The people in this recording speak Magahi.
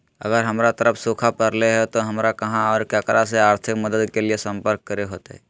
अगर हमर तरफ सुखा परले है तो, हमरा कहा और ककरा से आर्थिक मदद के लिए सम्पर्क करे होतय?